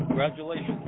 Congratulations